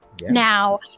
Now